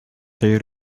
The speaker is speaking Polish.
tej